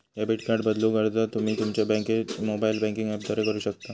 debit card बदलूक अर्ज तुम्ही तुमच्यो बँकेच्यो मोबाइल बँकिंग ऍपद्वारा करू शकता